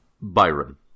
Byron